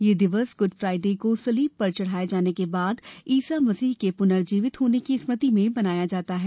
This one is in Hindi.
यह दिवस गुड फ्राइडे को सलीब पर चढ़ाए जाने के बाद ईसा मसीह के पुनर्जीवित होने की स्मृति में मनाया जाता है